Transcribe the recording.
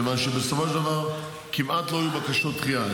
מכיוון שבסופו של דבר כמעט לא יהיו בקשות דחייה.